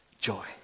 Joy